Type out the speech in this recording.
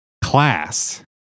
class